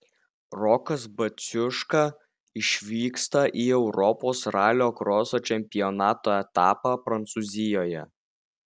rokas baciuška išvyksta į europos ralio kroso čempionato etapą prancūzijoje